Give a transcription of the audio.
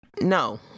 no